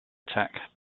attack